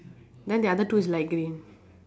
then the other two is light green